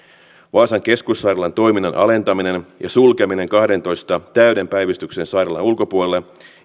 vaasan keskussairaalan toiminnan alentamista ja sulkemista kahdentoista täyden päivystyksen sairaalan ulkopuolelle